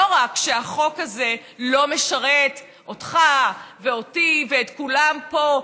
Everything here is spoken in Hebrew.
לא רק שהחוק הזה לא משרת אותך ואותי ואת כולם פה,